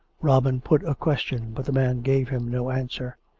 robin put a question, but the men gave him no answer.